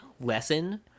lesson